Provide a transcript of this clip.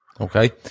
Okay